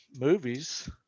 movies